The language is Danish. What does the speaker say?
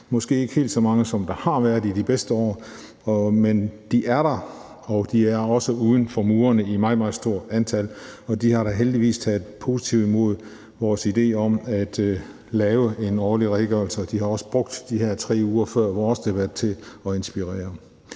er der ikke helt så mange, som der har været i de bedste år, men de er der, og de er også uden for murene i meget, meget stort antal. Og de har da heldigvis taget positivt imod vores idé om at lave en årlig redegørelse, og de har også brugt de her 3 uger før vores debat til at inspirere.